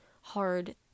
hard